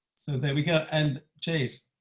so there we go! and jade?